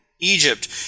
Egypt